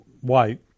white